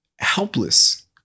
helpless